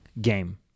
game